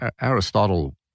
Aristotle